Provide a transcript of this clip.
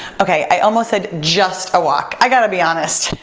okay, i almost said just a walk. i gotta be honest,